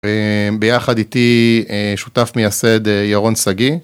ביחד איתי שותף מייסד ירון שגיא